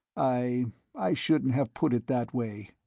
i i shouldn't have put it that way.